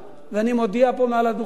ואני מודיע פה מעל הדוכן: